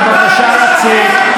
בבקשה לצאת.